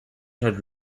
had